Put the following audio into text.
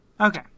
Okay